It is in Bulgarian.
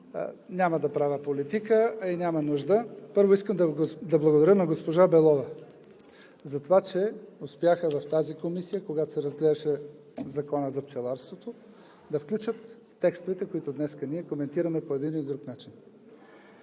Няма да правя политика, а и няма нужда. Първо искам да благодаря на госпожа Белова за това, че успяха в тази комисия, когато се разглеждаше Законът за пчеларството, да включат текстовете, които днес ние коментираме по един или друг начин.